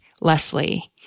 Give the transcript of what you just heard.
Leslie